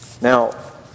Now